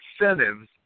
incentives